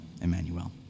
Emmanuel